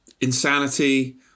insanity